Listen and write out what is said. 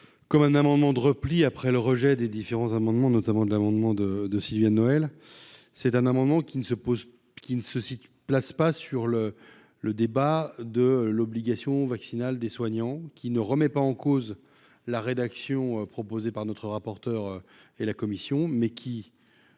comme un amendement de repli après le rejet des différents amendements, notamment de l'amendement de de Sylvie Noël c'est un amendement qui ne se pose : qui ne se situe place pas sur le le débat de l'obligation vaccinale des soignants qui ne remet pas en cause la rédaction proposée par notre rapporteur et la Commission, mais qui.